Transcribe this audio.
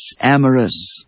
amorous